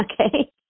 okay